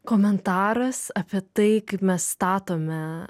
komentaras apie tai kaip mes statome